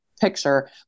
picture